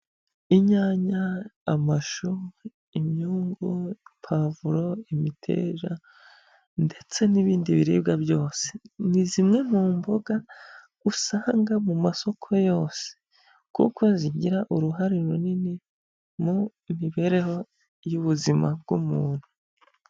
Inyanya, amashu, imyungu, pavuro, imiteja ndetse n'ibindi biribwa byose. Ni zimwe mu mboga usanga mu masoko yose, kuko zigira uruhare runini mu ibereho y'ubuzima bw'umuntu.